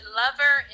lover